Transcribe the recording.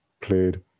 played